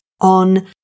on